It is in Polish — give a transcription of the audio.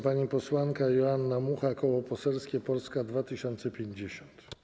Pani posłanka Joanna Mucha, Koło Poselskie Polska 2050.